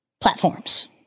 platforms